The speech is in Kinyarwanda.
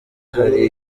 hari